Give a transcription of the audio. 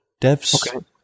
devs